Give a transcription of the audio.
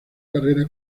carrera